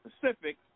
Pacific